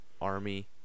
Army